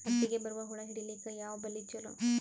ಹತ್ತಿಗ ಬರುವ ಹುಳ ಹಿಡೀಲಿಕ ಯಾವ ಬಲಿ ಚಲೋ?